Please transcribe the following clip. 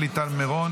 שלי טל מירון